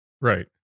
right